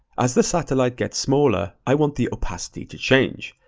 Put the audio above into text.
as the satellite gets smaller, i want the opacity to change,